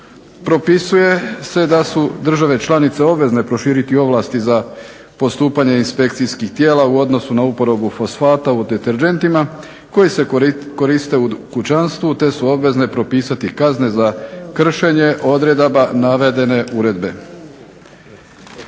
Propisuje se da su države članice obvezne proširiti ovlasti za postupanje inspekcijskih tijela u odnosu na uporabu fosfata u deterdžentima koji se koriste u kućanstvu te su obvezne propisati kazne za kršenje odredaba navedene uredbe.